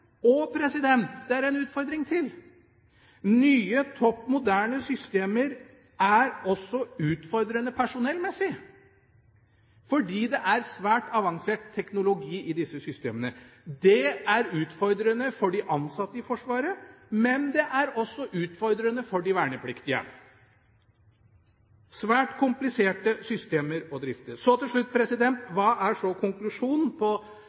Og det er en utfordring til: Nye topp moderne systemer er også utfordrende personellmessig, fordi det er svært avansert teknologi i disse systemene. Det er utfordrende for de ansatte i Forsvaret, men det er også utfordrende for de vernepliktige. Det er svært kompliserte systemer å drifte. Til slutt: Hva er så konklusjonen på